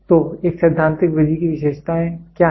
तो एक सैद्धांतिक विधि की विशेषताएँ क्या हैं